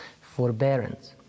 forbearance